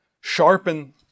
Sharpen